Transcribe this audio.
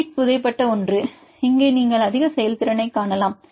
sheet புதைபட்ட ஒன்று நீங்கள் இங்கே அதிக செயல்திறனைக் காணலாம்